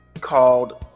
called